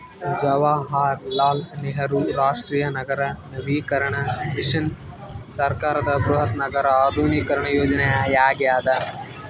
ಜವಾಹರಲಾಲ್ ನೆಹರು ರಾಷ್ಟ್ರೀಯ ನಗರ ನವೀಕರಣ ಮಿಷನ್ ಸರ್ಕಾರದ ಬೃಹತ್ ನಗರ ಆಧುನೀಕರಣ ಯೋಜನೆಯಾಗ್ಯದ